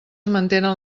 mantenen